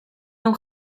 hau